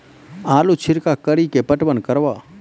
आलू छिरका कड़ी के पटवन करवा?